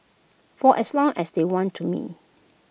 for as long as they want me to